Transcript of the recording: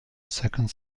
second